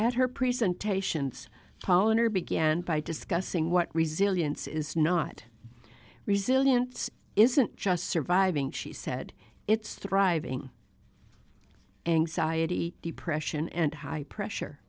at her presentations colander began by discussing what resilience is not resilience isn't just surviving she said it's thriving anxiety depression and high pressure